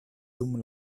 dum